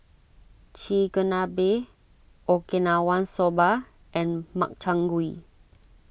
Chigenabe Okinawa Soba and Makchang Gui